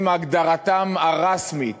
אם את הגדרתם הרשמית